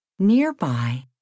Nearby